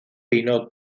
pino